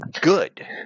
Good